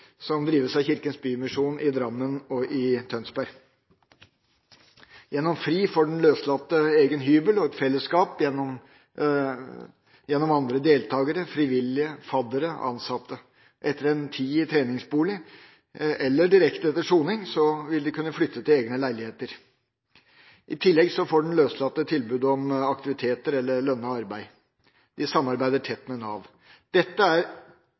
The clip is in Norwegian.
som drives av Kirkens Bymisjon i Drammen og i Tønsberg. Gjennom FRI får den løslatte egen hybel og et fellesskap gjennom andre deltakere – frivillige, faddere og ansatte. Etter en tid i treningsboligen, eller direkte etter soning, vil de kunne flytte til egne leiligheter. I tillegg får den løslatte tilbud om aktiviteter eller lønnet arbeid. De samarbeider tett med Nav. Dette er